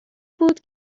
بود